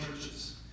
churches